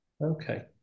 Okay